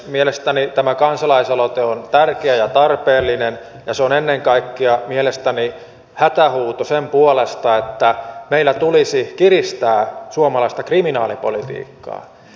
mielestäni tämä kansalaisaloite on tärkeä ja tarpeellinen ja se on ennen kaikkea mielestäni hätähuuto sen puolesta että meillä tulisi kiristää suomalaista kriminaalipolitiikkaa